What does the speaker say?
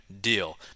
deal